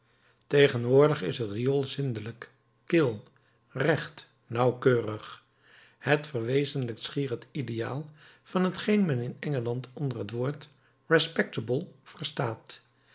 tegenwoordig is het riool zindelijk kil recht nauwkeurig het verwezenlijkt schier het ideaal van t geen men in engeland onder het woord respectable verstaat